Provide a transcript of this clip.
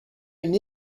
une